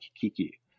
Kiki